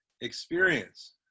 experience